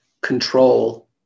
control